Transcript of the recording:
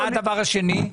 מה הדבר השני?